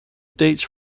dates